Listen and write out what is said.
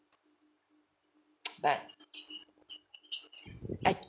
but I